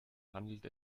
handelt